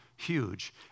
Huge